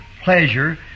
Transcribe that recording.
pleasure